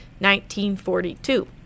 1942